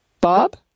Bob